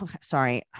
sorry